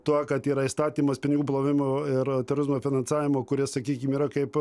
tuo kad yra įstatymas pinigų plovimo ir terorizmo finansavimo kuris sakykim yra kaip